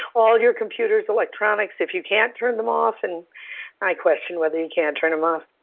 all your computers, electronics, if you can't turn them off, and i question whether you can't turn them off,